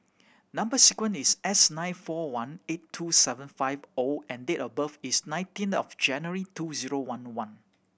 number sequence is S nine four one eight two seven five O and date of birth is nineteen of January two zero one one